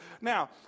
Now